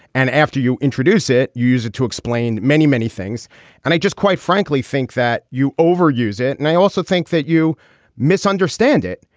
and after you introduce it you use it to explain many many things and i just quite frankly think that you overuse it. and i also think that you misunderstand it.